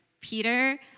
Peter